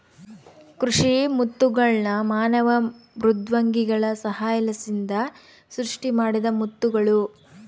ಕೃಷಿ ಮುತ್ತುಗಳ್ನ ಮಾನವ ಮೃದ್ವಂಗಿಗಳ ಸಹಾಯಲಿಸಿಂದ ಸೃಷ್ಟಿಮಾಡಿದ ಮುತ್ತುಗುಳು